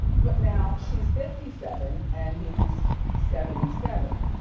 but now she's fifty seven and he's seventy seven.